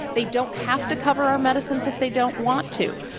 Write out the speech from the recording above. they don't have to cover our medicines if they don't want to.